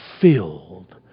filled